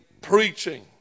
preaching